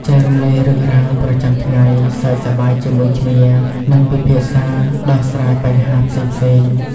ចែករំលែករឿងរ៉ាវប្រចាំថ្ងៃ សើចសប្បាយជាមួយគ្នា និងពិភាក្សាដោះស្រាយបញ្ហាផ្សេងៗ ។